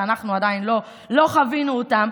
שאנחנו עדיין לא חווינו אותן,